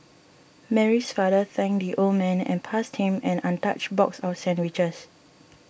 Mary's father thanked the old man and passed him an untouched box of sandwiches